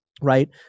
Right